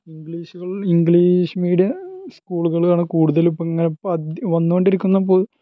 ഇംഗ്ലീഷുകള് English media സ്കൂളുകളാണ് കൂടുതൽ ഇപ്പം ഇങ്ങനെ വന്നു കൊണ്ടിരിക്കുന്നത്